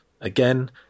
Again